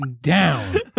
down